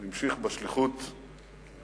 הוא המשיך בשליחות כמתנדב.